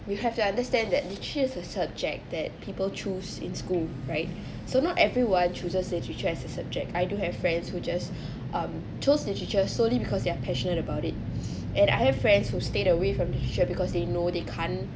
you have to understand that you choose a subject that people choose in school right so not everyone chooses literature as a subject I do have friends who just um choose literature solely because they're passionate about it and I have friends who stayed away from literature because they know they can't